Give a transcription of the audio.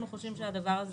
אנחנו חושבים שהדבר הזה